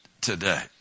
today